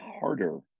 harder